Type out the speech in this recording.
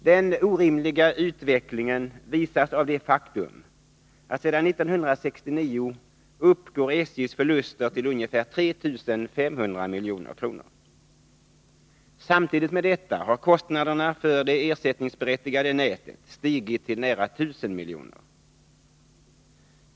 Det orimliga i utvecklingen visas av det faktum att sedan 1969 uppgår SJ:s förluster till ungefär 3 500 milj.kr. Samtidigt med detta har kostnaderna för det ersättningsberättigade nätet stigit till nära 1000 miljoner.